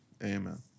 Amen